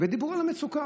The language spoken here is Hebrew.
ודיברו על המצוקה.